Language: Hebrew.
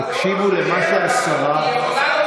שיש אוכלוסייה שלמה שנאסר עליה להשתמש,